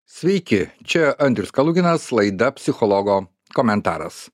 sveiki čia andrius kaluginas laida psichologo komentaras